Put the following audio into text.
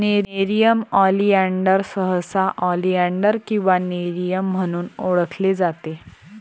nerium oleander सहसा oleander किंवा Nerium म्हणून ओळखले जाते